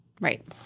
Right